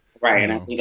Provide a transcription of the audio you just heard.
right